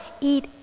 eat